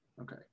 Okay